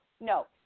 No